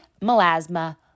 melasma